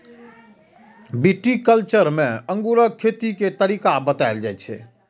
viticulture मे अंगूरक खेती के तरीका बताएल जाइ छै